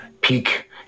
peak